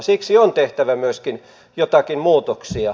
siksi on tehtävä myöskin joitakin muutoksia